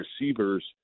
receivers